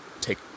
take